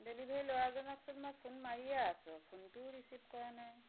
delivery ল'ৰাজনকচোন মই phone মাৰিয়ে আছোঁ ফোনটোও ৰিচিভ কৰা নাই